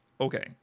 Okay